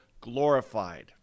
glorified